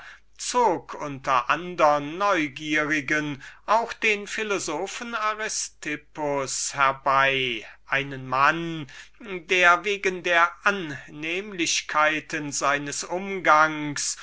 unter andern neugierigen auch den philosophen aristippus herbei der sowohl wegen der annehmlichkeiten seines umgangs